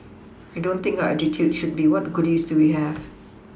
I don't think our attitude should be what goodies do we have